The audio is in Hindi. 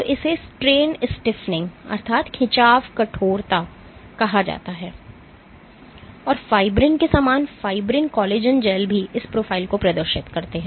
तो इसे Strain stiffening खिंचाव कठोरता कहा जाता है और फाइब्रिन के समान फाइब्रिन कोलेजन जैल भी इस प्रोफाइल को प्रदर्शित करते है